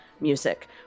music